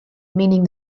meaning